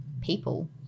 people